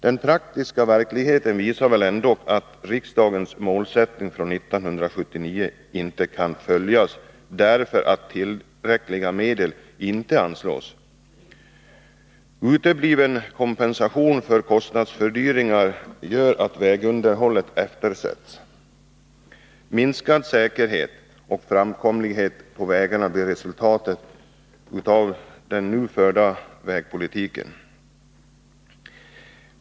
Den praktiska verkligheten visar väl ändå att riksdagens målsättning från 1979 inte kan följas, därför att tillräckliga medel inte anslås. Utebliven kompensation för kostnadsfördyringar gör att vägunderhållet eftersätts. Minskad säkerhet och framkomlighet på vägarna blir resultatet av den nu förda vägpolitiken.